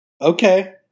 Okay